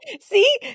See